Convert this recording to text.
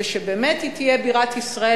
ובאמת היא תהיה בירת ישראל,